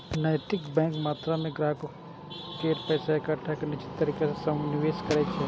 नैतिक बैंक मात्र अपन ग्राहक केर पैसा कें एकटा निश्चित तरीका सं निवेश करै छै